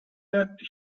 that